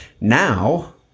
Now